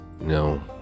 no